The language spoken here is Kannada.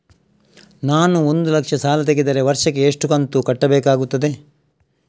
ನಾನು ಒಂದು ಲಕ್ಷ ಸಾಲ ತೆಗೆದರೆ ವರ್ಷಕ್ಕೆ ಎಷ್ಟು ಕಂತು ಕಟ್ಟಬೇಕಾಗುತ್ತದೆ?